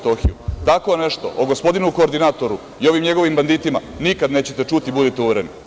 Tako nešto o gospodinu koordinatoru i ovim njegovim banditima, nikada nećete čuti, budite uvereni.